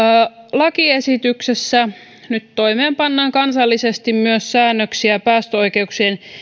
lakiesityksessä nyt toimeenpannaan kansallisesti myös säännöksiä päästöoikeuksien